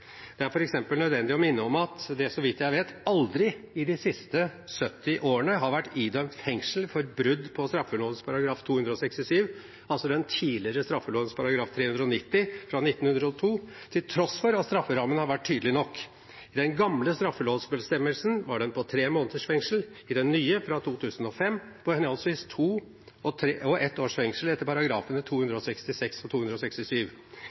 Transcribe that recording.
Det er f.eks. nødvendig å minne om at det så vidt jeg vet aldri i de siste 70 årene har vært idømt fengsel for brudd på straffeloven § 267, altså den tidligere straffeloven fra 1902 § 390, til tross for at strafferammen har vært tydelig nok. I den gamle straffelovsbestemmelsen var den på tre måneders fengsel, i den nye fra 2005 på henholdsvis to og et års fengsel etter §§ 266 og 267.